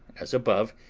as above,